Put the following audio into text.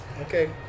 Okay